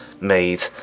made